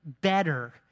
better